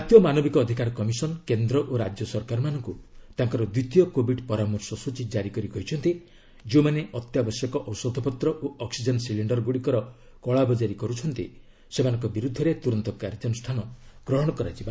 ଜାତୀୟ ମାନବିକ ଅଧିକାର କମିସନ କେନ୍ଦ୍ର ଓ ରାଜ୍ୟ ସରକାରମାନଙ୍କୁ ତାଙ୍କର ଦ୍ୱିତୀୟ କୋବିଡ ପରାମର୍ଶ ସ୍ଚଚୀ ଜାରି କରି କହିଛନ୍ତି ଯେଉଁମାନେ ଅତ୍ୟାବଶ୍ୟକ ଔଷଧପତ୍ର ଓ ଅକ୍ଟିଜେନ୍ ସିଲିଣ୍ଡରଗୁଡ଼ିକର କଳାବଜାରୀ କରୁଛନ୍ତି ସେମାନଙ୍କ ବିରୁଦ୍ଧରେ ତୂରନ୍ତ କାର୍ଯ୍ୟାନୁଷ୍ଠାନ ଗ୍ରହଣ କରାଯିବା ଆବଶ୍ୟକ